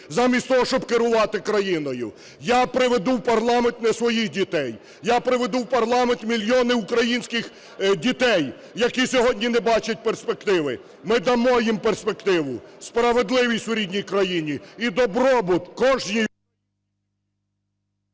замість того, щоб керувати країною. Я приведу в парламент не своїх дітей, я приведу в парламент мільйони українських дітей, які сьогодні не бачать перспективи. Ми дамо їм перспективу, справедливість у рідній країні і добробут кожній…